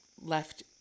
left